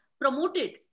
promoted